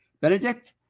Benedict